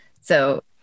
So-